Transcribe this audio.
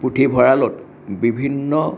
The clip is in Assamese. পুথিভঁৰালত বিভিন্ন